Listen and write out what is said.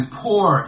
poor